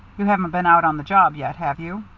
you haven't been out on the job yet, have you?